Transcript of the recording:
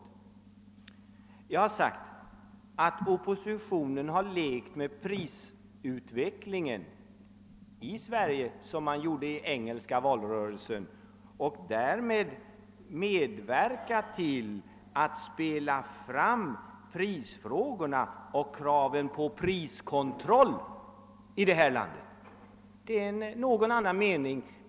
Jag har sagt att oppositionen har lekt med prisutvecklingen i Sverige på samma sätt som man gjorde i den engelska valrörelsen. Därigenom har man medverkat till att spela fram prisfrågorna och kraven på priskontroll i detta land. Det är en något annan mening.